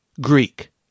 Greek